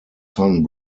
son